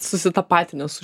susitapatinęs su